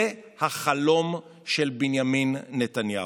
זה החלום של בנימין נתניהו.